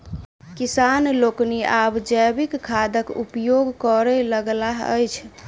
किसान लोकनि आब जैविक खादक उपयोग करय लगलाह अछि